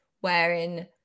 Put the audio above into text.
wherein